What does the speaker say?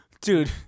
Dude